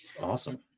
awesome